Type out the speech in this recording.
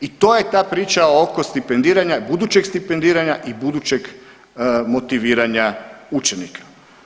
I to je ta priča oko stipendiranja, budućeg stipendiranja i budućeg motiviranja učenika.